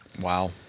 Wow